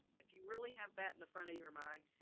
if you really have that in the front of your mind,